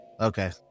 okay